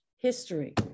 history